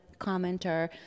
commenter